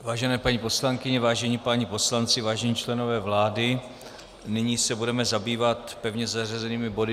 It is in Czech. Vážené paní poslankyně, vážení páni poslanci, vážení členové vlády, nyní se budeme zabývat pevně zařazenými body 215, 204 a 189.